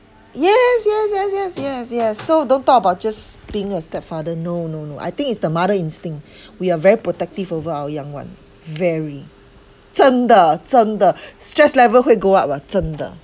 yes yes yes yes yes yes so don't talk about just being a stepfather no no no I think it's the mother instinct we are very protective over our young ones very 真的真的 stress level 会 go up ah 真的